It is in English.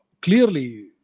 clearly